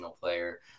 player